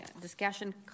discussion